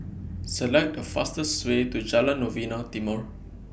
Select The fastest Way to Jalan Novena Timor